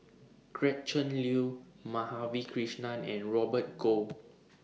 Gretchen Liu Madhavi Krishnan and Robert Goh